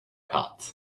hut